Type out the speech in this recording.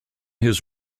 his